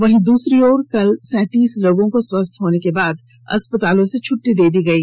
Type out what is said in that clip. वहीं दूसरी ओर कल सैंतीस लोगों को स्वस्थ होने के बाद अस्पतालों से छट्टी दे दी गई